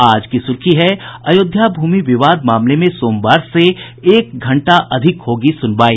आज की सूर्खी है अयोध्या भूमि विवाद मामले में सोमवार से एक घंटा अधिक होगी सुनवाई